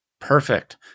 Perfect